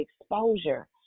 exposure